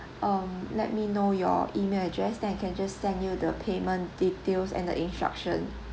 um let me know your email address then I can just send you the payment details and the instruction